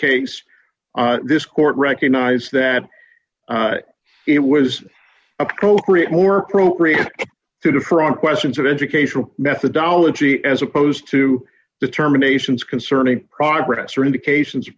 case this court recognized that it was appropriate more appropriate to differ on questions of educational methodology as opposed to the terminations concerning progress or indications